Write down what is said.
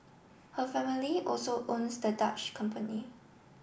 her family also owns the Dutch company